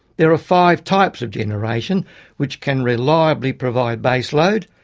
there are five types of generation which can reliably provide base load.